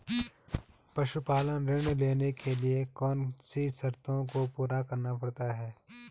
पशुपालन ऋण लेने के लिए कौन सी शर्तों को पूरा करना पड़ता है?